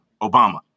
Obama